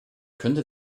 könnte